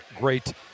great